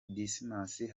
dismas